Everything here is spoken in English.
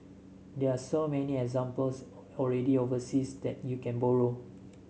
there are so many examples already overseas that you can borrow